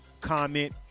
comment